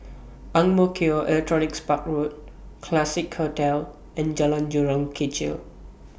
Ang Mo Kio Electronics Park Road Classique Hotel and Jalan Jurong Kechil